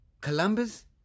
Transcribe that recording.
Columbus